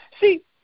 See